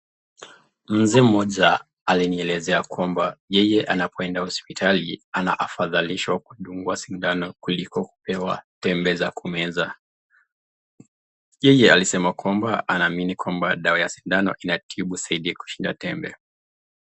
Mzee mmoja alinielezea kwamba yeye anapoenda hospitali anaafadhaliishwa kudungwa sindano kuliko kupewa tembe za kumeza. Yeye alisema kwamba anaamini kwamba dawa ya sindano inatibu zaidi kushinda tembe.